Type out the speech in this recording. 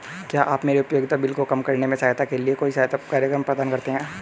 क्या आप मेरे उपयोगिता बिल को कम करने में सहायता के लिए कोई सहायता कार्यक्रम प्रदान करते हैं?